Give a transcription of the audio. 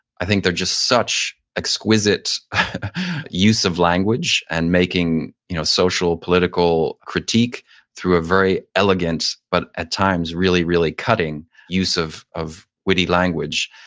i think they're just such exquisite use of language and making you know social, political critique through a very elegant but at times really, really cutting use of of witty language.